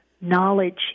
knowledge